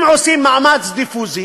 אם רוצים מאמץ דיפוזי